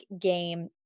game